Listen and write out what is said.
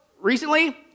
Recently